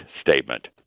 statement